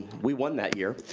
we won that year.